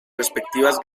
respectivas